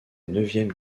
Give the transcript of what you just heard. neuvième